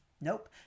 Nope